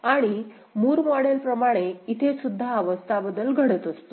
आणि Moore model प्रमाणे इथे सुद्धा अवस्था बदल घडत असतो